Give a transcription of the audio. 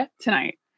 tonight